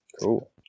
Cool